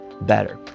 better